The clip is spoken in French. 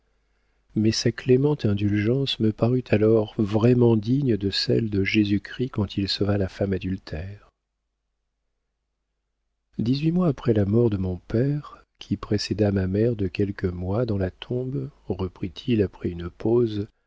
mais sa clémente indulgence me parut alors vraiment digne de celle de jésus-christ quand il sauva la femme adultère dix-huit mois après la mort de mon père qui précéda ma mère de quelques mois dans la tombe reprit-il après une pause